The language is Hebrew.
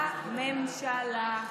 לממשלה.